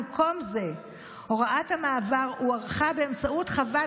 במקום זה הוראת המעבר הוארכה באמצעות חוות